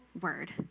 word